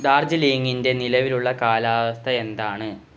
ഡാർജീലിങ്ങിന്റെ നിലവിലുള്ള കാലാവസ്ഥ എന്താണ്